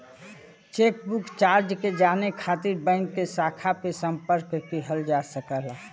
chequebook charge के जाने खातिर बैंक के शाखा पे संपर्क किहल जा सकला